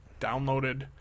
downloaded